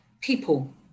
people